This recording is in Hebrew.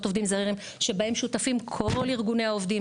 עובדים זרים שבהם שותפים כל ארגוני העובדים,